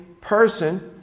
person